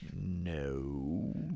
No